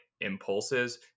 impulses